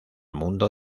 mundo